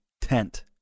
tent